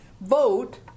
vote